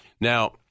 Now-